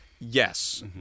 Yes